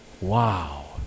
Wow